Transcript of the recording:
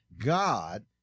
God